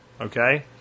okay